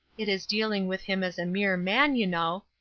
it is dealing with him as a mere man, you know.